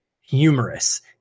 humorous